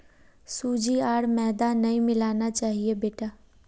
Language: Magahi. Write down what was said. सूजी आर मैदा नई मिलाना चाहिए बेटा